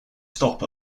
stop